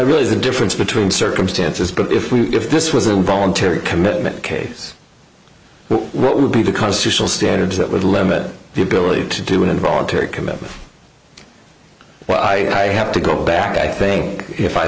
really is a difference between circumstances but if we if this was a voluntary commitment case what would be the constitutional standards that would limit the ability to do an involuntary commitment well i have to go back i think if i